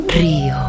Rio